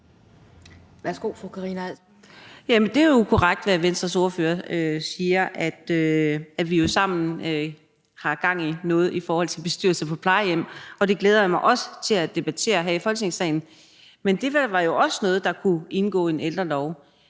Karina Adsbøl (DF): Jamen det er jo korrekt, hvad Venstres ordfører siger, altså at vi sammen har gang i noget i forhold til bestyrelser på plejehjem, og det glæder jeg mig også til at debattere her i Folketingssalen. Men det var jo også noget, der kunne indgå i en ældrelov.